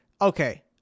okay